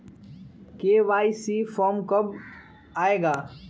KYC form कब आए गा?